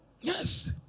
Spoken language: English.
Yes